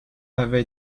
avait